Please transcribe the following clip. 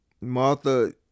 Martha